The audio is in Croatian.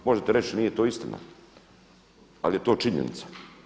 Možete reći nije to istina, ali je to činjenica.